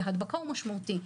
להדבקה הוא משמעותי.